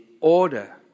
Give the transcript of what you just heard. order